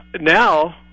now